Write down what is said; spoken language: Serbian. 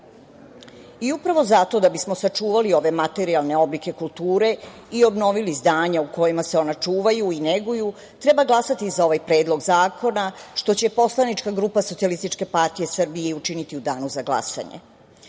Upravo zato, da bismo sačuvali ove materijalne oblike kulture i obnovili izdanje u kojima se ona čuvaju i neguju, treba glasati za ovaj predlog zakona što će poslanička grupa SPS i učiniti u danu za glasanje. Isto